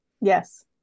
Yes